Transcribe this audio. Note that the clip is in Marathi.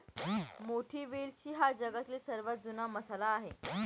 मोठी वेलची हा जगातील सर्वात जुना मसाला आहे